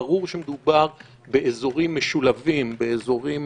ברור שמדובר באזורים משולבים, באזורים